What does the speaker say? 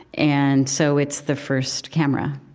and so, it's the first camera.